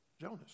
Jonas